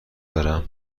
دارم